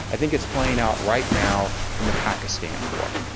i think it's playing out right now in the pakistan war.